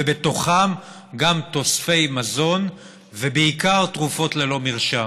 ובתוכם גם תוספי מזון ובעיקר תרופות ללא מרשם.